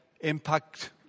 impact